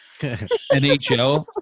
NHL